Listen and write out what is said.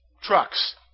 Trucks